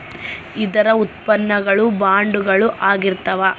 ಇದರ ಉತ್ಪನ್ನ ಗಳು ಬಾಂಡುಗಳು ಆಗಿರ್ತಾವ